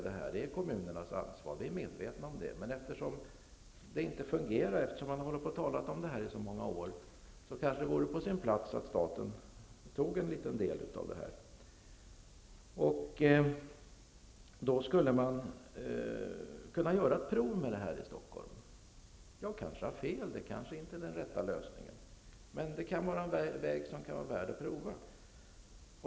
Jag är medveten om att det är kommunernas ansvar, men eftersom det inte fungerar och man har talat om det här i så många år vore det kanske på sin plats att staten tog en del av ansvaret. Man skulle då kunna prova det här i Stockholm. Jag kanske har fel -- det kanske inte är den rätta lösningen -- men det kan vara en väg som är värd att prova.